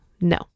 No